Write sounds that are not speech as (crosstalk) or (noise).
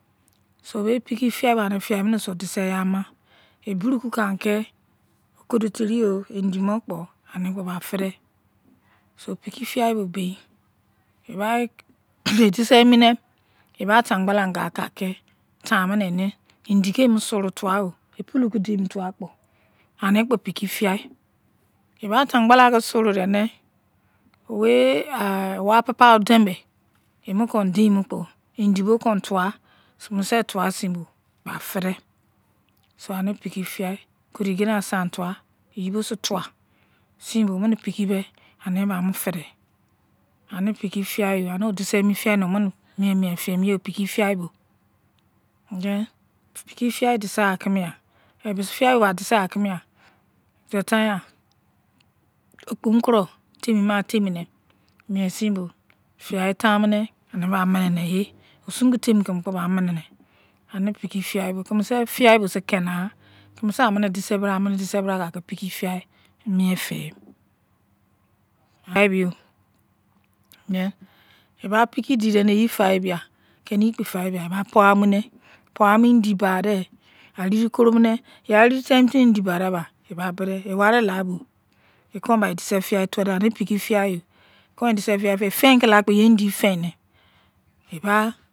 So bei piki fiyaibe anifiyabo sei osiseyi ama e bru ki kon aki okudo terioyo bai indi kpo eminikon aki fide so piki fiyaibo bein eba (noise) edisemine eba atagba la anga ki ta minene indiki ema ki suro you owu epulu kiemaki deinmu tuowa kpo anikpo piki fiya eba atangbala ki mu suru dene wei apupa odein ki ema ki deinmukpo indi bo kon tuwa mu kon tuw-seinbo ba fidei so ani piki fiyai ekina sain tuwa yibosei tuwasein bo omine pikibe aniba omini fide ani piki fiyai oh odisemi fiya ni omine mie mie fimini iye then piki fiyai dise-ya kemiyan suo time anya okponkuru temi dese ya mie sinbo fiya taimune bai minine pain kidesikimi kpo bai temine minine. Besi fiyai bosei keni-nya kimiseise aminidesibra kon aki piki fiyai miefiem (unintelligible) eba piki didene yifaye bia eba pou amone arinkorunwal ya ariri teimu timi indi emu bai de bra eba kode ewari labo edise fiyai tuowodu efein doukpo eba efein eba